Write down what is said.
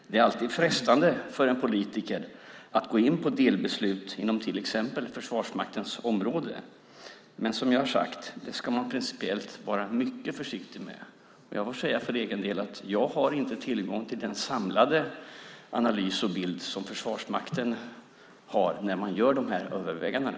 Det är alltid frestande för en politiker att gå in på delbeslut inom till exempel Försvarsmaktens område. Men det ska man, som jag tidigare har sagt, principiellt vara mycket försiktig med. För egen del får jag alltså säga att jag inte har tillgång till den samlade analys och bild som Försvarsmakten har när man gör de här övervägandena.